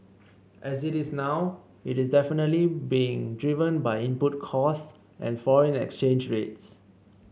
as it is now is definitely being driven by input costs and foreign exchange rates